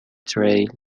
تریل